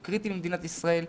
הוא קריטי למדינת ישראל,